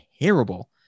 terrible